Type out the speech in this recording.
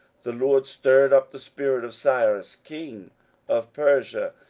the lord stirred up the spirit of cyrus king of persia,